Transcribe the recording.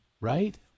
right